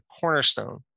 cornerstone